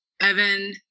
Evan